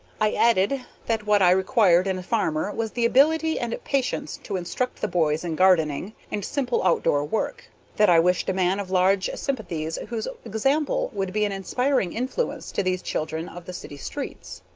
i added that what i required in a farmer was the ability and patience to instruct the boys in gardening and simple outdoor work that i wished a man of large sympathies whose example would be an inspiring influence to these children of the city streets.